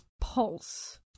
pulse